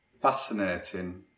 fascinating